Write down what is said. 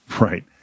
Right